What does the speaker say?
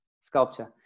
sculpture